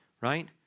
right